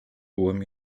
byłem